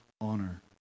honor